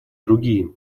другие